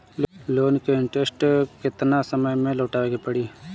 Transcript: Loan के interest केतना समय में लौटावे के पड़ी?